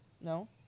No